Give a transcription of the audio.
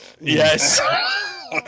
yes